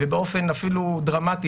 ובאופן אפילו דרמטי,